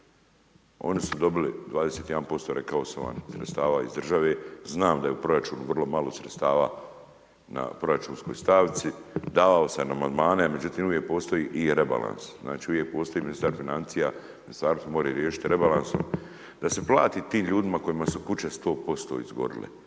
oni su dobili 21%, rekao sam vam sredstava iz države. Znam da je u proračunu vrlo sredstava na proračunskoj stavci, davao sam amandmane, međutim, uvijek postoji i rebalans, uvijek postoji Ministarstvo financija, Ministarstvo more, riješite rebalans, da se plati tim ljudima, kojima su kuće 100% izborile.